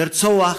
לרצוח,